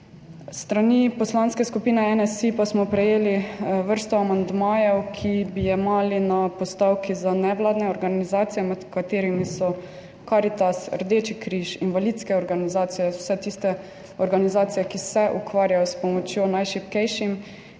S strani Poslanske skupine NSi pa smo prejeli vrsto amandmajev, ki bi jemali na postavki za nevladne organizacije, med katerimi so Karitas, Rdeči križ, invalidske organizacije, vse tiste organizacije, ki se ukvarjajo s pomočjo najšibkejšim,